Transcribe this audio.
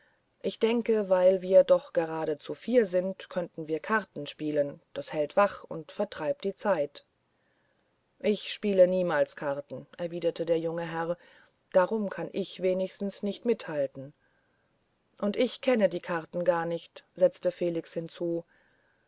ich denke weil wir doch gerade zu vier sind könnten wir karten spielen das hält wach und vertreibt die zeit ich spiele niemals karten erwiderte der junge herr darum kann ich wenigstens nicht mithalten und ich kenne die karten gar nicht setzte felix hinzu